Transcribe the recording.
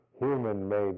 human-made